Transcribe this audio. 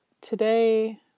Today